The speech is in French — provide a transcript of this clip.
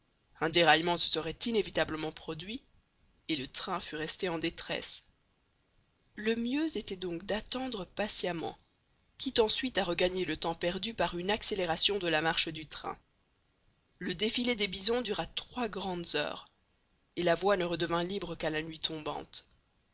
un déraillement se serait inévitablement produit et le train fût resté en détresse le mieux était donc d'attendre patiemment quitte ensuite à regagner le temps perdu par une accélération de la marche du train le défilé des bisons dura trois grandes heures et la voie ne redevint libre qu'à la nuit tombante